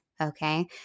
okay